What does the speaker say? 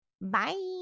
Bye